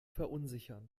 verunsichern